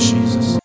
Jesus